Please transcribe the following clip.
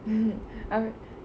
mm I